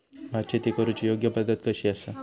भात शेती करुची योग्य पद्धत कशी आसा?